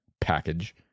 package